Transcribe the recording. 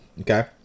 okay